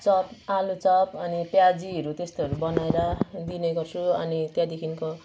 chop आलु chop अनि प्याजीहरू त्यस्तोहरू बनाएर दिने गर्छु अनि त्यहाँदेखिको